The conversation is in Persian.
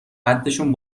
قدشون